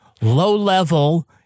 low-level